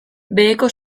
beheko